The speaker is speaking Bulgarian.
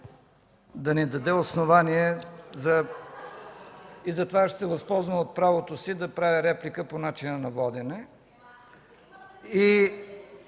да ни даде основание и затова ще се възползвам от правото си да направя реплика по начина на водене.